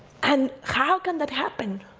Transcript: and how can that happen?